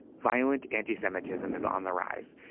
violent anti-semitism is on the rise.